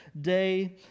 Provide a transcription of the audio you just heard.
day